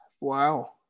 Wow